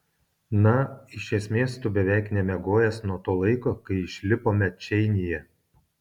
na iš esmės tu beveik nemiegojęs nuo to laiko kai išlipome čeinyje